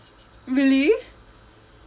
really